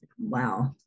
wow